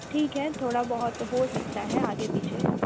ठीक है थोड़ा बहुत तो हो सकता है आगे पीछे